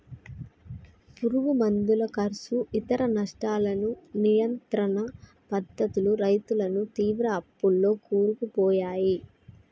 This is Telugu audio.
పురుగు మందుల కర్సు ఇతర నష్టాలను నియంత్రణ పద్ధతులు రైతులను తీవ్ర అప్పుల్లో కూరుకుపోయాయి